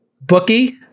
Bookie